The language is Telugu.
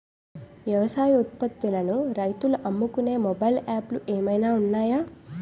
వ్యవసాయ ఉత్పత్తులను రైతులు అమ్ముకునే మొబైల్ యాప్ లు ఏమైనా ఉన్నాయా?